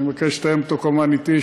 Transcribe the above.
אני מבקש לתאם אותו כמובן אתי,